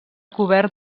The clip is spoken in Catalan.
cobert